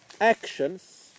actions